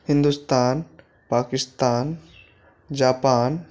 Hindustan Pakistan Japan